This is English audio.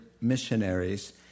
missionaries